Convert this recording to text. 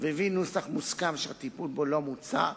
והביא נוסח מוסכם שהטיפול בו לא מוצה,